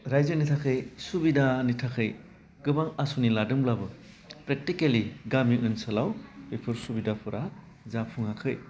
रायजोनि थाखाय सुबिदानि थाखाय गोबां आस'नि लादोंब्लाबो प्रेकटिकेलि गामि ओनसोलाव बोफोर सुबिदाफ्रा जाफुङाखै